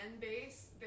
base